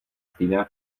stejná